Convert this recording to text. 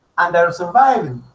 and they're surviving.